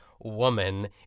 woman